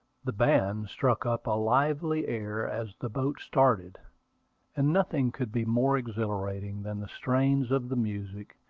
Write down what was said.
the band struck up a lively air as the boat started and nothing could be more exhilarating than the strains of the music,